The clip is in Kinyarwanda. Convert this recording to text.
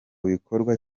bikorwa